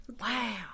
wow